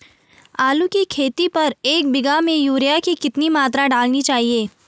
आलू की खेती पर एक बीघा में यूरिया की कितनी मात्रा डालनी चाहिए?